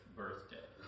birthday